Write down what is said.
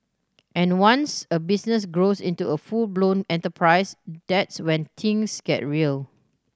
and once a business grows into a full blown enterprise that's when things get real